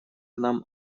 нам